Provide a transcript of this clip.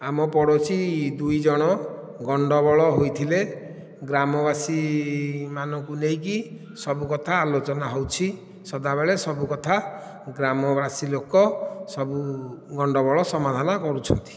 ଆମ ପଡ଼ୋଶୀ ଦୁଇଜଣ ଗଣ୍ଡଗୋଳ ହୋଇଥିଲେ ଗ୍ରାମବାସୀ ମାନଙ୍କୁ ନେଇକି ସବୁ କଥା ଆଲୋଚନା ହେଉଛି ସଦାବେଳେ ସବୁ କଥା ଗ୍ରାମବାସୀ ଲୋକ ସବୁ ଗଣ୍ଡଗୋଳ ସମାଧାନ କରୁଛନ୍ତି